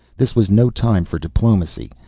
this was no time for diplomacy.